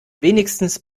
wenigstens